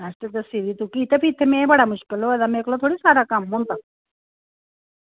rest दस्सी दी तुगी ते फ्ही ते में बड़ा मुश्कल होआ दा मेरे कोला थोह्ड़े सारा कम्म होंदा